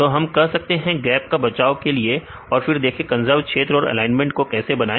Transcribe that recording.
तो कह सकते हैं गैप से बचाव के लिए और फिर देखें कंजर्व क्षेत्र और एलाइनमेंट को कैसे बनाएं